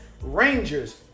Rangers